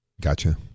Gotcha